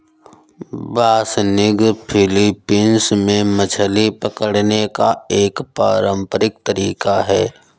बासनिग Philippines में मछली पकड़ने का एक पारंपरिक तरीका है